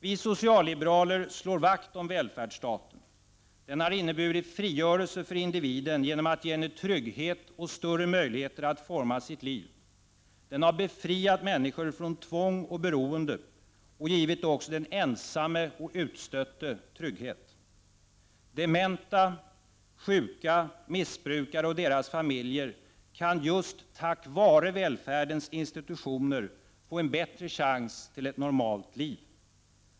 Vi socialliberaler slår vakt om välfärdsstaten. Den har inneburit en frigörelse för individen på så sätt att individen har fått trygghet och större möjligheter att forma sitt liv. Välfärdsstaten har befriat människor från tvång och beroende och givit också den ensamme och utstötte trygghet. Dementa, sjuka, missbrukare och deras familjer kan just tack vare välfärdens institutioner få en bättre chans till ett normalt liv.